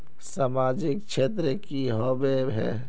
सामाजिक क्षेत्र की होबे है?